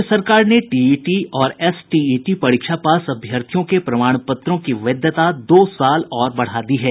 राज्य सरकार ने टीईटी और एसटीईटी परीक्षा पास अभ्यर्थियों के प्रमाण पत्रों की वैधता दो साल और बढ़ा दी है